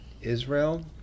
Israel